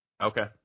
Okay